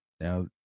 now